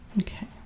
Okay